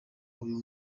uyu